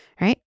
right